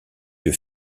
yeux